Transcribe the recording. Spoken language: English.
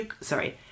sorry